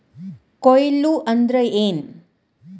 ಕೊಯ್ಲು ಅಂದ್ರ ಏನ್?